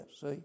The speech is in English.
see